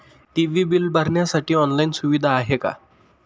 TV bill भरण्यासाठी online सुविधा आहे का?